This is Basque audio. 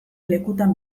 lekutan